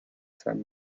san